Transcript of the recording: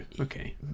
Okay